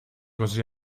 così